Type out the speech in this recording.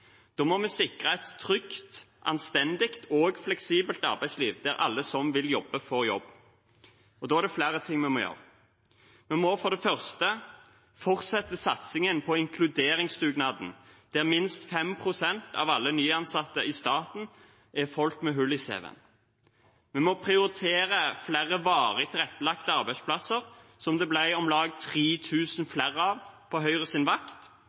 må sikre et trygt, anstendig og fleksibelt arbeidsliv der alle som vil jobbe, får jobb. Da er det flere ting vi må gjøre. Vi må for det første fortsette satsingen på inkluderingsdugnaden, der minst 5 pst. av alle nyansatte i staten er folk med hull i cv-en. Vi må prioritere flere varig tilrettelagte arbeidsplasser, som det ble om lag 3 000 flere av på Høyres vakt,